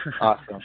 awesome